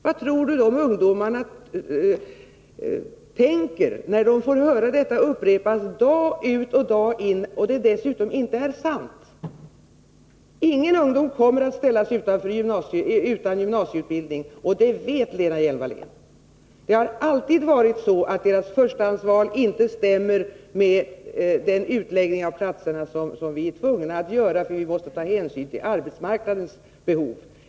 Vad tror hon att de ungdomarna tänker när de får höra detta upprepas dag ut och dag in och det dessutom inte är sant? Inga ungdomar kommer att ställas utan gymnasieutbildning, och det vet Lena Hjelm-Wallén. Det har alltid varit så att deras förstahandsval inte stämmer med den utläggning av platserna som vi är tvungna att göra, eftersom vi måste ta hänsyn till arbetsmarknadens behov.